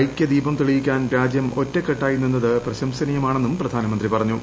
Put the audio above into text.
ഐക്യദീപം തെളിയിക്കാൻ രാജ്യം ഒറ്റക്കെട്ടായി നിന്നത് പ്രശംസനീയമാണെന്നും പ്രധാനമന്ത്രി പറഞ്ഞു